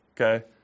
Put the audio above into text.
Okay